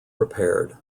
repaired